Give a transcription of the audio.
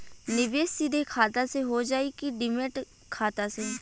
निवेश सीधे खाता से होजाई कि डिमेट खाता से?